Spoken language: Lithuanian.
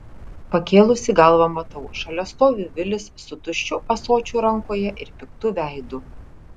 pakėlusi galvą matau šalia stovi vilis su tuščiu ąsočiu rankoje ir piktu veidu